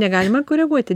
negalima koreguoti